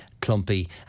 clumpy